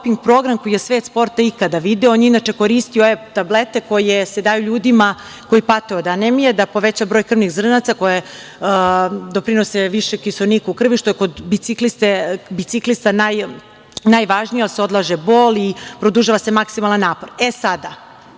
program koji je svet sporta ikada video. On je inače koristio tablete koje se daju ljudima koji pate od anemije, da poveća broj krvnih zrnaca koje doprinose povećanju kiseonika u krvi, što je kod biciklista najvažnije, jer se odlaže bol i produžava se maksimalan napor.Zašto